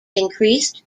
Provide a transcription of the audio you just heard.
increased